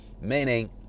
Meaning